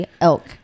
elk